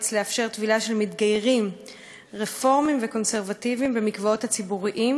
לאפשר טבילה של מתגיירים רפורמים וקונסרבטיבים במקוואות הציבוריים,